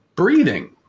Breathing